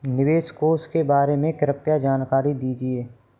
निवेश कोष के बारे में कृपया जानकारी दीजिए